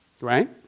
Right